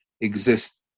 exist